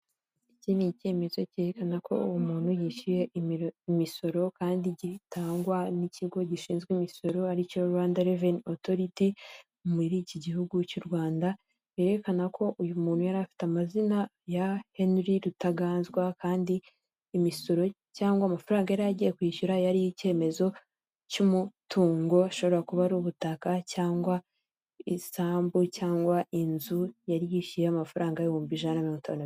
Iki ni icyemezo cyerekana ko uwo muntu yishyuye imisoro kandi gitangwa n'ikigo gishinzwe imisoro aricyo Rwanda reveni otoriti muri iki gihugu cy'u Rwanda yerekana ko uyu muntu yari afite amazina ya Henry Rutangaganzwa kandi imisoro cyangwa amafaranga yari agiye kwishyura yari icyemezo cy'umutungo ashobora kuba ari ubutaka cyangwa isambu cyangwa inzu yari yishyuye amafaranga ibihumbi ijana na mirongo itanu na bitanu.